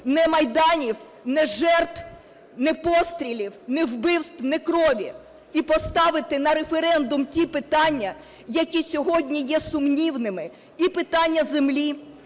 ні майданів, ні жертв, ні пострілів, ні вбивств, ні крові. І поставити на референдум ті питання, які сьогодні є сумнівними: і питання землі,